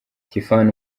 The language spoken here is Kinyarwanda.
tiffany